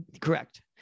correct